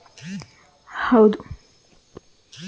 fishing ಅನ್ನೋದು ಬ್ಯಾಂಕಿನ ಕ್ಷೇತ್ರದಲ್ಲಿ ಆಗುವ ವಂಚನೆಗೆ ಬಳ್ಸೊ ಪದ